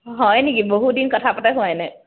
হয় নেকি বহুদিন কথা পতা হোৱাই নাই